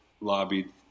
lobbied